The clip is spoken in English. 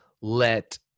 let